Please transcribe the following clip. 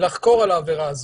לחקור על העבירה הזאת.